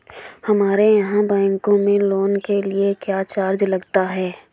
हमारे यहाँ बैंकों में लोन के लिए क्या चार्ज लगता है?